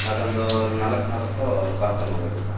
ಅದೊಂದು ನಾಲ್ಕು ನಾಲ್ಕು ಪಾರ್ಸಲ್ ಮಾಡಬೇಕಿತ್ತು